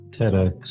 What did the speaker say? TEDx